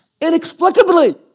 Inexplicably